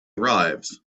arrives